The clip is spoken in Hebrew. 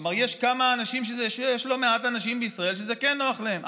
כלומר יש לא מעט אנשים בישראל שזה כן נוח להם.